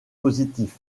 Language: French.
positif